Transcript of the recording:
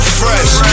fresh